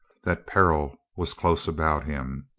that peril was close about him.